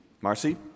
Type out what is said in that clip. Marcy